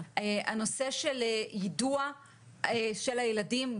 הנושא של יידוע של הילדים,